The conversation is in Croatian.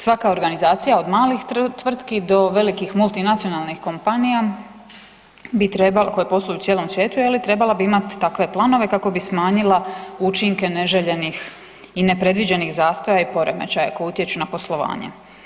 Svaka organizacija od malih tvrtki do velikih multinacionalnih kompanija koje posluju u cijelom svijetu je li trebala bi imati takve planove kako bi smanjila učinke neželjenih i nepredviđenih zastoja i poremećaja koja utječu na poslovanje.